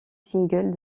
single